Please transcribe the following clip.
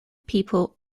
people